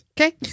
Okay